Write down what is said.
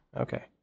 Okay